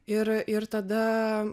ir ir tada